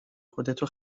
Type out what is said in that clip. خودتو